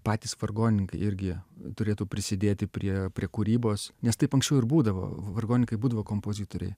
patys vargonininkai irgi turėtų prisidėti prie prie kūrybos nes taip anksčiau ir būdavo vargoninkai būdavo kompozitoriai